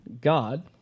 God